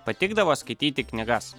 patikdavo skaityti knygas